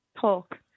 talk